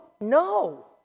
no